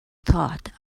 thought